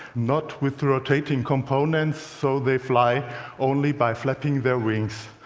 not with rotating components, so they fly only by flapping their wings.